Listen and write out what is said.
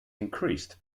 increased